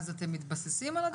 אז אתם מתבססים על הדיווח הזה?